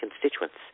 constituents